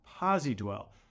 posi-dwell